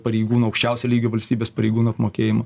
pareigūno aukščiausio lygio valstybės pareigūnų apmokėjimo